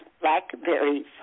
blackberries